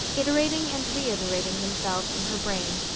iterating and reiterating themselves in her brain.